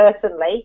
personally